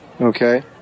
Okay